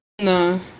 No